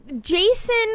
Jason